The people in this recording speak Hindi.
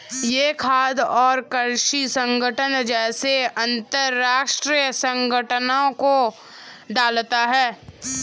यह खाद्य और कृषि संगठन जैसे अंतरराष्ट्रीय संगठनों को डालता है